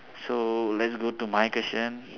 so let's go to my question